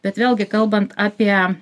bet vėlgi kalbant apie